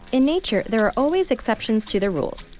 in nature, there are always exceptions to the rules.